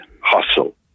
hustle